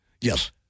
Yes